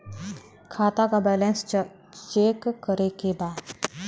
खाता का balance check करे के बा?